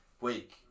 Week